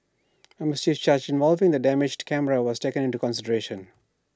A mischief charge involving the damaged camera was taken into consideration